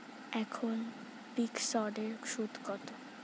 এখন ফিকসড এর সুদ কত?